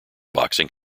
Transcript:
boxing